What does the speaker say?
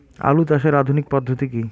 আলু চাষের আধুনিক পদ্ধতি কি?